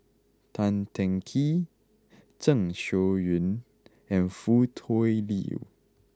Tan Teng Kee Zeng Shouyin and Foo Tui Liew